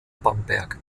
bamberg